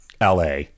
LA